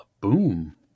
Boom